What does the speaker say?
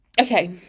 Okay